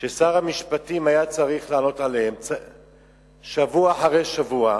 ששר המשפטים היה צריך לענות עליהן שבוע אחרי שבוע.